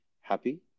happy